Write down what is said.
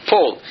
Paul